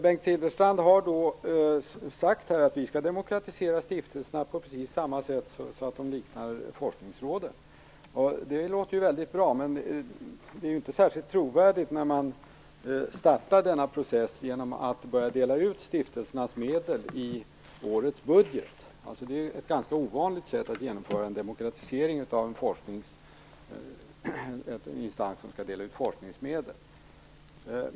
Bengt Silfverstrand har sagt att man skall demokratisera stiftelserna så att de liknar forskningsråden. Det låter ju väldigt bra, men det bli inte särskilt trovärdigt när denna process startas genom att bara dela ut stiftelsernas medel i årets budget. Det är ett ganska ovanligt sätt att genomföra en demokratisering av en instans som skall dela ut forskningsmedel.